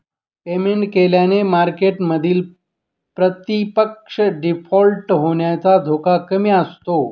payment केल्याने मार्केटमधील प्रतिपक्ष डिफॉल्ट होण्याचा धोका कमी होतो